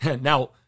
Now